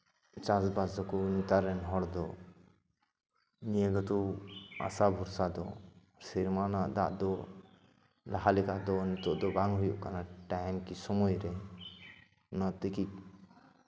ᱪᱟᱥᱼᱵᱟᱥ ᱟᱠᱚ ᱱᱮᱛᱟᱨᱮᱱ ᱦᱚᱲ ᱫᱚ ᱱᱤᱭᱟᱹ ᱠᱚᱫᱚ ᱟᱥᱟ ᱵᱷᱚᱨᱥᱟ ᱫᱚ ᱥᱮᱨᱢᱟ ᱨᱮᱱᱟᱜ ᱫᱟᱜ ᱫᱚ ᱞᱟᱦᱟ ᱞᱮᱠᱟ ᱫᱚ ᱱᱤᱛᱳᱜ ᱫᱚ ᱵᱟᱝ ᱦᱩᱭᱩᱜ ᱠᱟᱱᱟ ᱴᱟᱭᱤᱢ ᱠᱤ ᱥᱚᱢᱚᱭᱨᱮ ᱚᱱᱟ ᱛᱮᱜᱮ